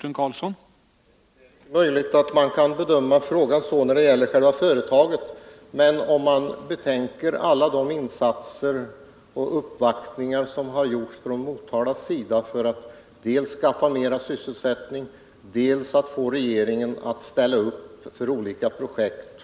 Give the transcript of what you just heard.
Herr talman! Det är möjligt att man kan bedöma frågan så när det gäller själva företaget. Men om man betänker alla de insatser och uppvaktningar som har gjorts av såväl kommunen som länsstyrelsen för att dels skaffa mera sysselsättning till Motala, dels få regeringen att ställa upp för olika projekt,